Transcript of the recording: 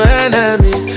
enemy